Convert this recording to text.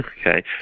Okay